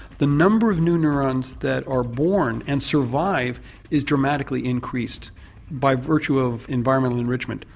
the number of new neurons that are born and survive is dramatically increased by virtue of environmental enrichment.